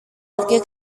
pergi